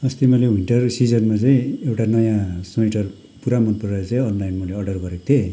अस्ति मैले विन्टर सिजनमा चाहिँ एउटा नयाँ स्वेटर पुरा मन परेर चाहिँ अनलाइन मैले अर्डर गरेको थिएँ